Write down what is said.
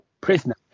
prisoner